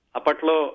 Apatlo